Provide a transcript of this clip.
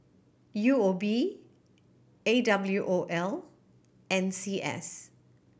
U O B A W O L N C S